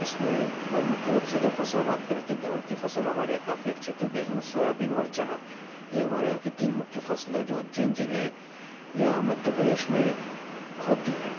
इसमें और मुख्य रूप से अगर फसल बात करें तो गेहूँ की फसल हमारे यहाँ काफ़ी अच्छी होती है गेहूँ सोयाबीन और चना ये हमारे यहाँ की तीन मुख्य फसले हैं जो उज्जैन जिले या मध्य प्रदेश में होती हैं